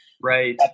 Right